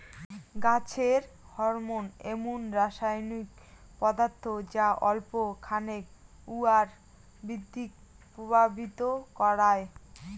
গছের হরমোন এমুন রাসায়নিক পদার্থ যা অল্প খানেক উয়ার বৃদ্ধিক প্রভাবিত করায়